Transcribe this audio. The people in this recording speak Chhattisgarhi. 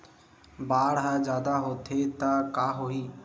बाढ़ ह जादा होथे त का होही?